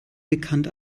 bekannt